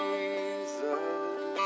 Jesus